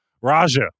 Raja